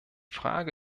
frage